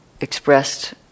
expressed